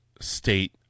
state